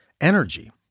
energy